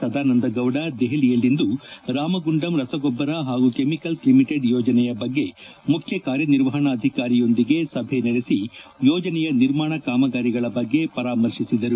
ಸದಾನಂದ ಗೌಡ ದೆಪಲಿಯಲ್ಲಿಂದು ರಾಮಗುಂಡಂ ರಸಗೊಬ್ಲರ ಹಾಗೂ ಕೆಮಿಕಲ್ಲ ಲಿಮಿಟೆಡ್ ಯೋಜನೆಯ ಬಗ್ಗೆ ಮುಖ್ಯ ಕಾರ್ಯನಿರ್ವಹಣಾಧಿಕಾರಿಯೊಂದಿಗೆ ಸಭೆ ನಡೆಸಿ ಯೋಜನೆಯ ನಿರ್ಮಾಣ ಕಾಮಗಾರಿಗಳ ಬಗ್ಗೆ ಪರಾಮರ್ಶೆ ನಡೆಸಿದರು